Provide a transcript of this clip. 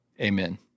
Amen